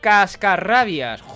Cascarrabias